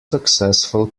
successful